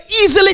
easily